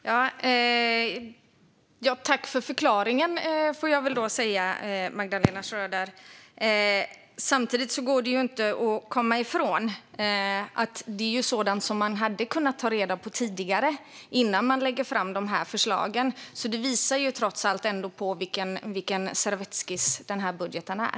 Fru talman! Då får jag väl säga tack för förklaringen, Magdalena Schröder! Samtidigt går det inte att komma ifrån att det är sådant som man hade kunnat ta reda på tidigare, innan man lade fram förslagen. Det visar trots allt vilken servettskiss den här budgeten är.